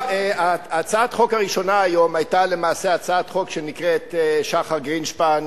הצעת החוק הראשונה היום היתה למעשה הצעת חוק שנקראת שחר גרינשפן,